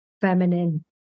feminine